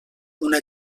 una